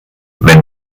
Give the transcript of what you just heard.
wenn